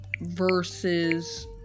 versus